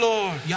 Lord